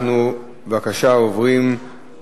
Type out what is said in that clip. חוק המכר